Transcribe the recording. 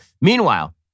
Meanwhile